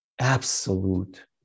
absolute